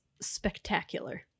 spectacular